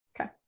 Okay